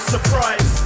surprise